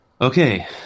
Okay